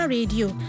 Radio